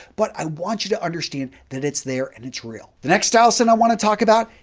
but, i want you to understand that it's there and it's real. the next style sin i want to talk about,